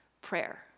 Prayer